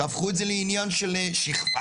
תהפכו את זה לעניין של שכבה,